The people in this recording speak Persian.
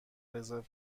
رزرو